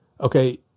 Okay